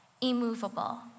immovable